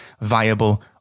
viable